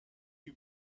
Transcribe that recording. you